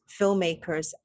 filmmakers